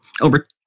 over